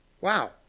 Wow